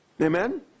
Amen